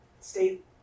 state